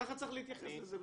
וככה צריך להתייחס לזה.